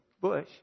Bush